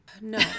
No